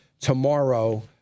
tomorrow